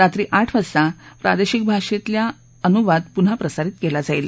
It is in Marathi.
रात्री आठ वाजता प्रादेशिक भाषांमधल्या अनुवाद पुन्हा प्रसारित केलं जाईल